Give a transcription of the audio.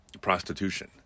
prostitution